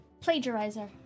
plagiarizer